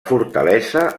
fortalesa